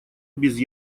без